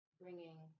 bringing